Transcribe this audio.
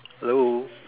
hello